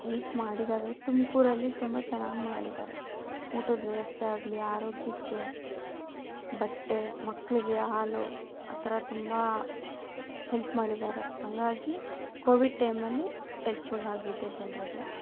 help ಮಾಡಿದ್ದಾವೆ ತುಮಕೂರಲ್ಲಿ ತುಂಬ ಚೆನ್ನಾಗಿ ಮಾಡಿದ್ದಾರೆ ಊಟದ ವ್ಯವಸ್ಥೆ ಆಗಲಿ ಆರೋಗ್ಯಕ್ಕೆ ಬಟ್ಟೆ ಮಕ್ಕಳಿಗೆ ಹಾಲು ಆ ಥರ ತುಂಬ ಹೆಲ್ಪ್ ಮಾಡಿದ್ದಾರೆ ಹಂಗಾಗಿ ಕೋವಿಡ್ ಟೈಮಲ್ಲಿ ಎಲ್ಪ್ಫುಲ್ ಆಗಿದೆ ಜನ್ರಿಗೆ